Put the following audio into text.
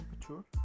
temperature